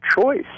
choice